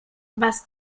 was